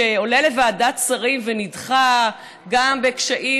שעולה לוועדת שרים ונדחה גם בקשיים